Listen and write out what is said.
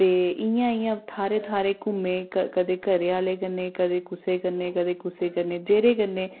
ते इ'यां इ'यां थाह्रें थाह्रें घूमे कदें घरें आह्ले कन्नै कदें कुसै कन्नै कदें कुसै कन्नै जेह्दे कन्नै